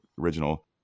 original